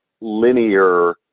linear